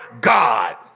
god